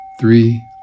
three